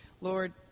Lord